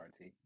RT